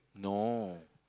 no